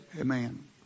Amen